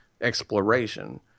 exploration